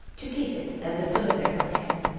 to keep it as a souvenir of him.